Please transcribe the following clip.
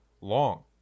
long